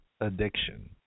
addiction